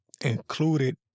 included